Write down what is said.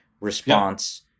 response